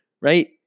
Right